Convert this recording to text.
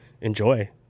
enjoy